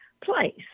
place